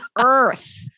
earth